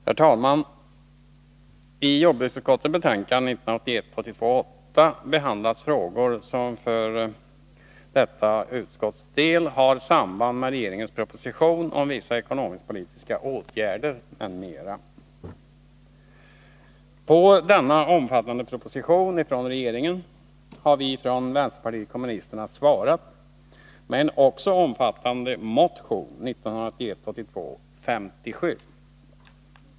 Herr talman! I jordbruksutskottets betänkande 1981 82:57.